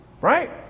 Right